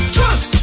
Trust